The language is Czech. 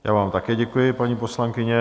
Já vám také děkuji, paní poslankyně.